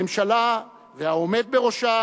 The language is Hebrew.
הממשלה והעומד בראשה